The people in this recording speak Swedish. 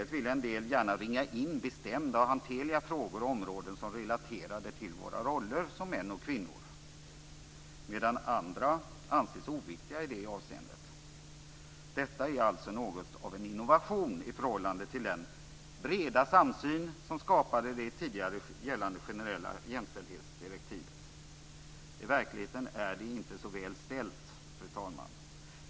En del vill gärna ringa in bestämda och hanterliga frågor och områden som relaterade till våra roller som män och kvinnor, medan andra anses oviktiga i det avseendet. Detta är alltså något av en innovation i förhållande till den breda samsyn som skapade det tidigare gällande generella jämställdhetsdirektivet. I verkligheten är det inte så väl ställt, fru talman.